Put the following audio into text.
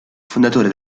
fondatore